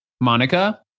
Monica